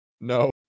No